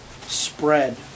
spread